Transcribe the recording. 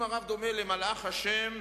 אם הרב דומה למלאך ה'